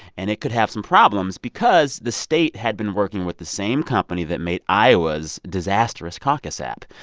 and it could have some problems because the state had been working with the same company that made iowa's disastrous caucus app.